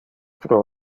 pro